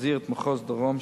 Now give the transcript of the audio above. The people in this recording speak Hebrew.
להחזיר את מחוז דרום,